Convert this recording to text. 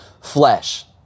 flesh